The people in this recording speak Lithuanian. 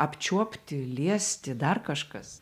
apčiuopti liesti dar kažkas